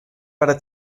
para